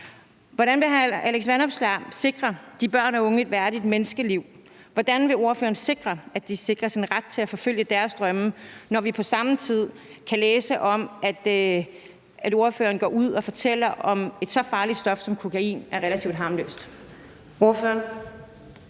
Hvordan vil hr. Alex Vanopslagh sikre de børn og unge et værdigt menneskeliv? Hvordan vil ordføreren sikre, at de sikres en ret til at forfølge deres drømme, når vi på samme tid kan læse om, at ordføreren går ud og fortæller om, at et så farligt stof som kokain er relativt harmløst?